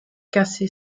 cassé